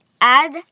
add